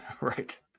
Right